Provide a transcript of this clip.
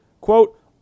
Quote